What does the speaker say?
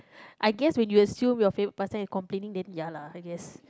I guess when you assume your favourite past time is complaining then ya lah I guess